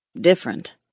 different